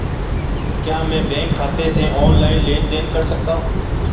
क्या मैं बैंक खाते से ऑनलाइन लेनदेन कर सकता हूं?